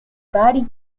body